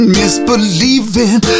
misbelieving